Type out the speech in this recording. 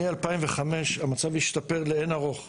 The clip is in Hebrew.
מ-2005 המצב השתפר לאין ערוך באחוזים.